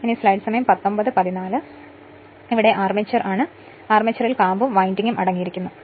അടുത്തത് അർമേച്ചർ ആണ് അർമേച്ചറിൽ കാമ്പും വിൻഡിംഗും അടങ്ങിയിരിക്കുന്നു